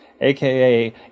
Aka